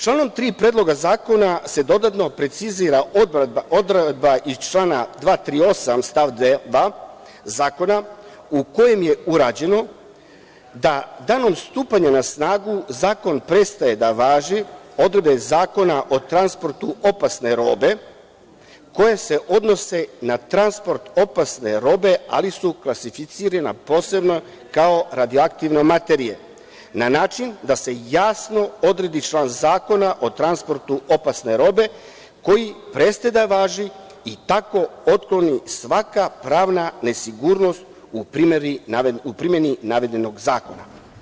Članom 3. Predloga zakona se dodatno precizira odredba iz člana 238. stav 2. Zakona, u kojem je urađeno da danom stupanja na snagu zakon prestaje da važi, odredbe Zakona o transportu opasne robe, koje se odnose na transport opasne robe, ali su kalsificirane posebno kao radioaktivne materije na način da se jasno odredi član Zakona o transportu opasne robe, koji prestaje da važi i tako otkloni svaka pravna nesigurnost u primeni navedenog zakona.